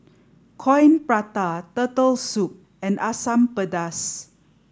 Coin Prata Turtle Soup and Asam Pedas